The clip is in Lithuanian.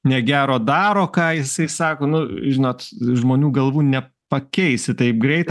negero daro ką jisai sako nu žinot žmonių galvų nepakeisi taip greit